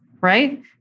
right